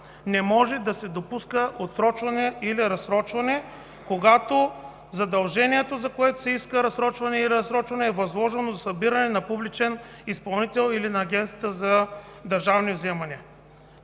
не може да се допуска отсрочване или разсрочване, когато задължението, за което се иска отсрочване или разсрочване, е възложено за събиране на публичен изпълнител или на Агенцията за държавни вземания.